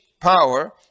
power